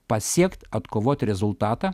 pasiekt atkovot rezultatą